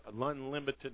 unlimited